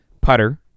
putter